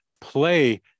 play